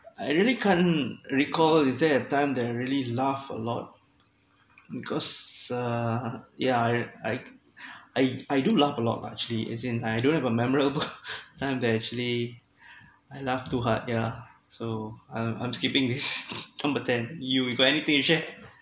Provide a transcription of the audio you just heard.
I really can't recall is there a time that I really laugh a lot because uh yeah I I I I do laaugh a lot lah actually as in I don't have a memorable time that I actually I laughed too gard yeah so I'm I'm skipping this number ten you you got anything to share